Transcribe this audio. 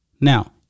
Now